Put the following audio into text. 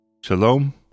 Shalom